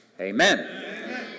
Amen